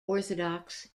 orthodox